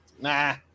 nah